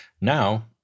Now